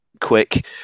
quick